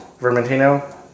Vermentino